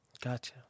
Gotcha